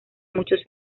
muchos